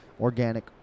organic